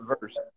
verse